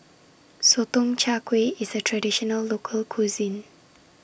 Sotong Char Kway IS A Traditional Local Cuisine